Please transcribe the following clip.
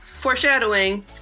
foreshadowing